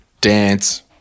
dance